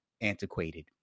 antiquated